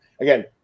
Again